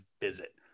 visit